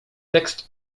tekst